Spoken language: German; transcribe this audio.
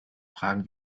fragen